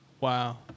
Wow